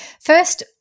first